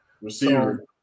Receiver